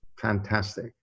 fantastic